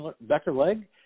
Beckerleg